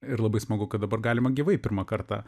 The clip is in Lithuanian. ir labai smagu kad dabar galima gyvai pirmą kartą